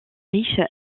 riche